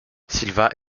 silva